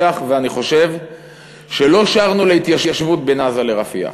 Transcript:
לרפיח" ואני חושב שלא שרנו להתיישבות בין עזה לרפיח,